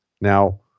Now